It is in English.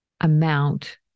amount